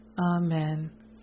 amen